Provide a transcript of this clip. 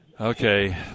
okay